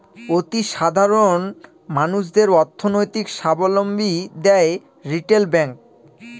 অতি সাধারণ মানুষদের অর্থনৈতিক সাবলম্বী দেয় রিটেল ব্যাঙ্ক